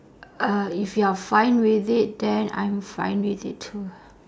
uh if you are fine with it then I'm fine with it too